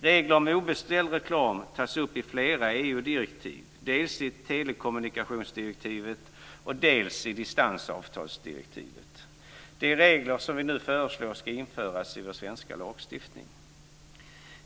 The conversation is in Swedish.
Regler om obeställd reklam tas upp i flera EU-direktiv, dels i telekommunikationsdirektivet, dels i distansavtalsdirektivet. Det är regler som vi nu föreslår ska införas i vår svenska lagstiftning.